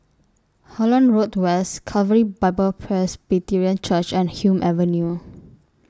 Holland Road West Calvary Bible Presbyterian Church and Hume Avenue